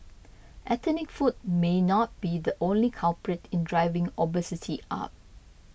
ethnic food may not be the only culprit in driving obesity up